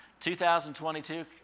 2022